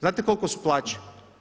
Znate li koliko su plaće?